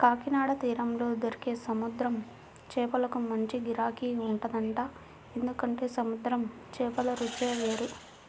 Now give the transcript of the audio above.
కాకినాడ తీరంలో దొరికే సముద్రం చేపలకు మంచి గిరాకీ ఉంటదంట, ఎందుకంటే సముద్రం చేపల రుచే వేరు